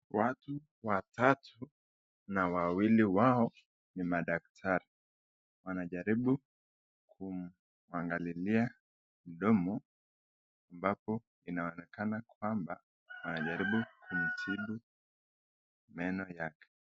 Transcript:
Watu watatu, na wawili wao ni madaktari, wanajaribu kumuangalilia mdomo ambapo inaonekana kwamba wanajaribu kumtibu meno yake.